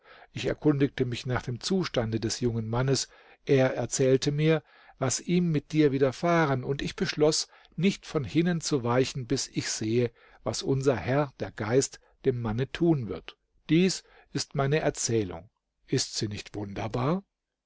ich erkundigte mich nach dem zustande des jungen mannes er erzählte mir was ihm mit dir widerfahren und ich beschloß nicht von hinnen zu weichen bis ich sehe was unser herr der geist dem manne tun wird dies ist meine erzählung ist sie nicht wunderbar